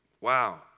Wow